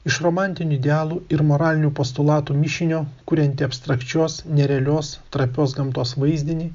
iš romantinių idealų ir moralinių postulatų mišinio kurianti abstrakčios nerealios trapios gamtos vaizdinį